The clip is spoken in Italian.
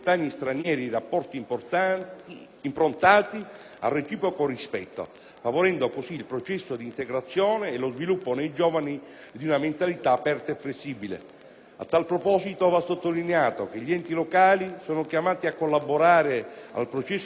improntati al reciproco rispetto, favorendo così il processo di integrazione e lo sviluppo nei giovani di una mentalità aperta e flessibile. A tal proposito va sottolineato che gli enti locali sono chiamati a collaborare al processo di integrazione degli alunni stranieri,